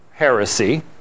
heresy